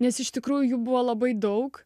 nes iš tikrųjų buvo labai daug